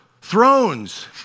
thrones